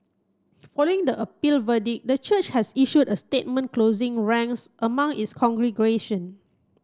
following the appeal verdict the church has issued a statement closing ranks among its congregation